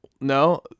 No